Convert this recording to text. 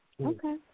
Okay